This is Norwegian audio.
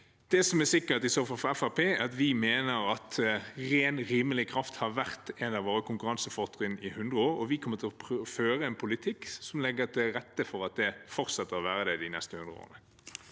Det som er sikkert, er iallfall at Fremskrittspartiet mener at ren, rimelig kraft har vært et av våre konkurransefortrinn i hundre år, og vi kommer til å føre en politikk som legger til rette for at det fortsetter å være det de neste hundre årene.